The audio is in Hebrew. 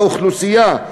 מהאוכלוסייה,